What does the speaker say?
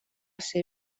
ser